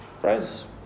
Friends